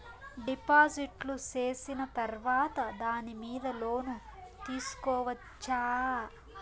డిపాజిట్లు సేసిన తర్వాత దాని మీద లోను తీసుకోవచ్చా?